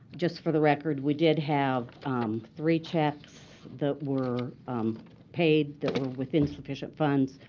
just for the record, we did have three checks that were paid that were with insufficient funds,